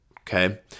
okay